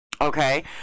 Okay